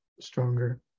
stronger